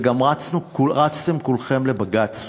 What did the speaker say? וגם רצתם כולכם לבג"ץ